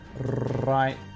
right